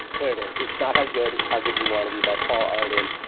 here it is. it's not how good it's how good you want to be, by paul arden.